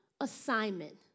assignment